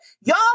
Y'all